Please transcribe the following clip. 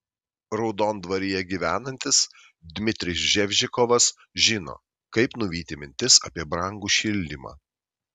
raudondvaryje gyvenantis dmitrijus ževžikovas žino kaip nuvyti mintis apie brangų šildymą